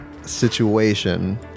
Situation